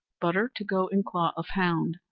butter to go in claw of hound,